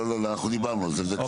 לא, לא, אנחנו דיברנו על זה.